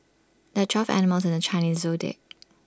there are twelve animals in the Chinese Zodiac